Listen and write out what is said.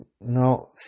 no